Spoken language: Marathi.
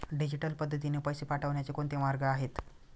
डिजिटल पद्धतीने पैसे पाठवण्याचे कोणते मार्ग आहेत?